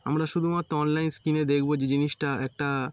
আমরা শুধুমাত্র অনলাইন স্ক্রিনে দেখবো যে জিনিসটা একটা